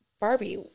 Barbie